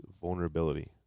vulnerability